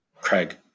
Craig